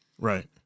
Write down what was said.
Right